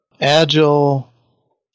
agile